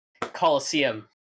coliseum